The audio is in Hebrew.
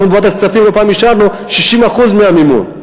בוועדת הכספים לא פעם אישרנו 60% מהמימון,